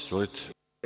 Izvolite.